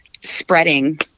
spreading